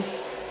this